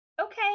okay